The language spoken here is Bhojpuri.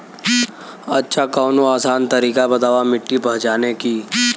अच्छा कवनो आसान तरीका बतावा मिट्टी पहचाने की?